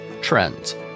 trends